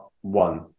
one